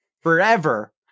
forever